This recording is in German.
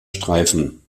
streifen